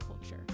culture